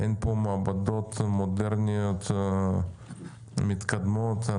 אין מעבדות מודרניות מתקדמות.